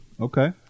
Okay